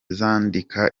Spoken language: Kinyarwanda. zandika